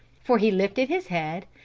for he lifted his head,